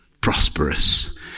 prosperous